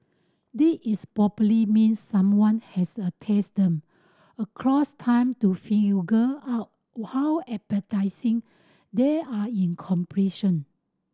this is probably mean someone has a taste them across time to out how appetising they are in comparison